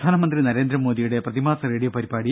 പ്രധാനമന്ത്രി നരേന്ദ്രമോദിയുടെ പ്രതിമാസ റേഡിയോ പരിപാടി